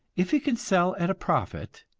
if he can sell at a profit,